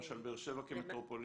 למשל, באר שבע כמטרופולין.